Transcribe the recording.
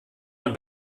man